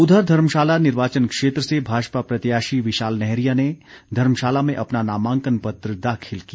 उधर धर्मशाला निर्वाचन क्षेत्र से भाजपा प्रत्याशी विशाल नैहरिया ने धर्मशाला में अपना नामांकन पत्र दाखिल किया